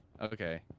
Okay